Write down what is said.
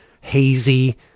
hazy